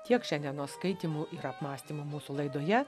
tiek šiandienos skaitymų ir apmąstymų mūsų laidoje